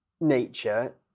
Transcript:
nature